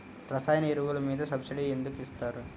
రసాయన ఎరువులు మీద సబ్సిడీ ఎందుకు ఇస్తారు?